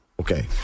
okay